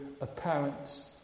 apparent